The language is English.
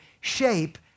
shape